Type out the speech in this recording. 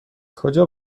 کجا